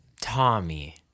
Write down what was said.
Tommy